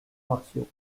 martiaux